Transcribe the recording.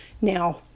now